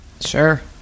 Sure